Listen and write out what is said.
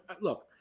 Look